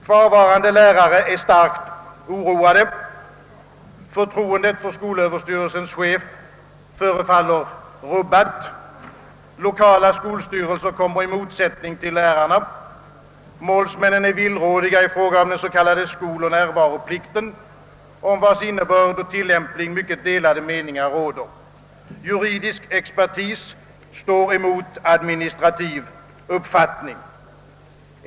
Kvarvarande lärare är starkt oroade, Förtroendet för skolöverstyrelsens chef förefaller rubbat, lokala skolstyrelser kommer i motsättning till lärarna, målsmännen är villrådiga i fråga om den s.k. skoloch närvaroplikten, om vars innebörd och tillämpning mycket delade meningar råder. Juridisk expertis står emot administrativ uppfattning.